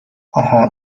آهان